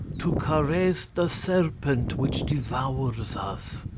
to caress the serpent which devours us,